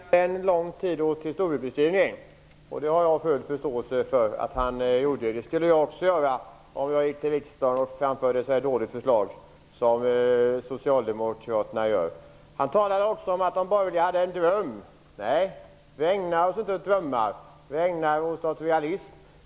Herr talman! Johnny Ahlqvist ägnade lång tid åt historieskrivning, och det har jag förståelse för att han gjorde. Det skulle jag också göra om jag framförde ett så dåligt förslag till riksdagen som socialdemokraterna gör. Johnny Ahlqvist talade om att de borgerliga hade en dröm. Nej, vi ägnar oss inte åt drömmar - vi ägnar oss åt realiteter.